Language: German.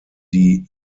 die